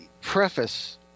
preface